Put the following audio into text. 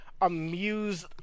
amused